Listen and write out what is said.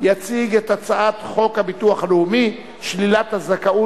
יציג את הצעת חוק הביטוח הלאומי (שלילת הזכאות